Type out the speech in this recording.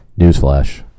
newsflash